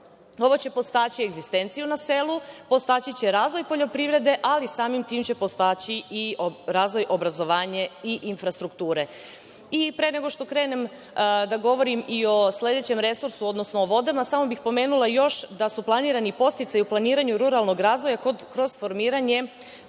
će podstaći egzistenciju na selu, podstaći će razvoj poljoprivrede, ali samim tim će podstaći i razvoj, obrazovanje i infrastrukture. Pre nego što krenem da govorim o sledećem resursu, odnosno o vodama, samo bih pomenula još da su planirani podsticaji u planiranju ruralnog razvoja kroz formiranje